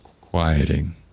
quieting